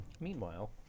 Meanwhile